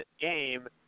game –